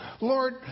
Lord